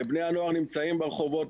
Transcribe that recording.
בני הנוער נמצאים ברחובות,